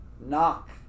Knock